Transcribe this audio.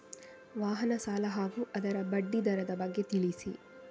ವಾಹನ ಸಾಲ ಹಾಗೂ ಅದರ ಬಡ್ಡಿ ದರದ ಬಗ್ಗೆ ತಿಳಿಸಿ?